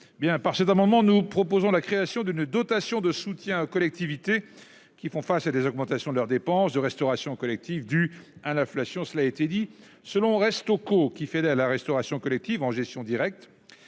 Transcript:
Par cet amendement, nous proposons la création d'une dotation de soutien aux collectivités qui font face à une augmentation de leurs dépenses de restauration collective due à l'inflation. Selon Restau'co, qui fédère la restauration collective en gestion directe,